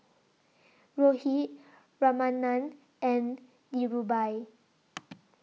Rohit Ramanand and Dhirubhai